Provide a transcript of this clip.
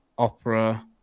Opera